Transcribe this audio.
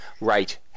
Right